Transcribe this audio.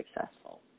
successful